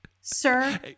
sir